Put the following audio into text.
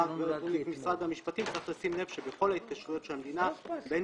משרד המשפטים צריך לשים לב שבכל ההתקשרויות שהמדינה בין